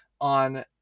on